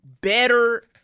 better